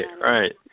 right